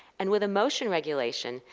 and with emotion regulation,